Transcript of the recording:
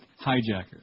hijacker